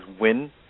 win